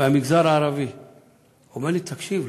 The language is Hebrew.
מהמגזר הערבי ואמר לי: תקשיב,